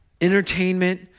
entertainment